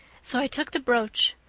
so i took the brooch.